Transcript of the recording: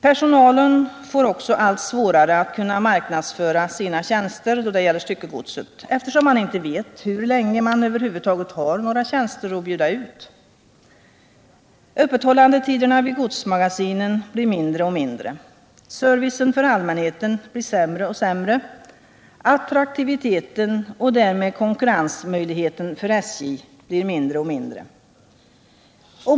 Personalen får också allt svårare att marknadsföra sina tjänster då det gäller styckegodset, eftersom man inte vet hur länge man över huvud taget har några tjänster att bjuda ut. Öppethållandetiderna vid godsmagasinen blir kortare och kortare, servicen för allmänheten blir sämre och sämre, attraktiviteten och därmed konkurrensmöjligheten för SJ blir mindre och mindre.